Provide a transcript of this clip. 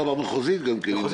זה גם לא התב"ע המחוזית.